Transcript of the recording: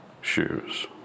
shoes